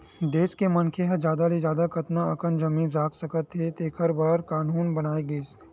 देस के मनखे ह जादा ले जादा कतना अकन जमीन राख सकत हे तेखर बर कान्हून बनाए गिस